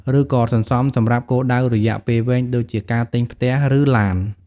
ឬក៏សន្សំសម្រាប់គោលដៅរយៈពេលវែង ដូចជាការទិញផ្ទះ ឬឡាន។